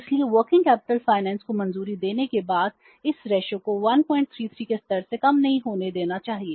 इस अनुपात को 133 के स्तर से कम नहीं होने देना चाहिए